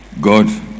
god